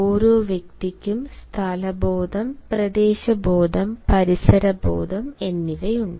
ഓരോ വ്യക്തിക്കും സ്ഥലബോധം പ്രദേശബോധം പരിസരബോധം എന്നിവയുണ്ട്